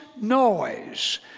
noise